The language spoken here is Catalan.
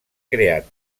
creat